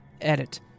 Edit